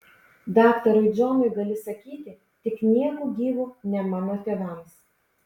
daktarui džonui gali sakyti tik nieku gyvu ne mano tėvams